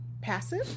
passive